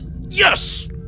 yes